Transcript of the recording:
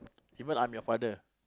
even I'm your father